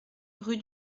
rue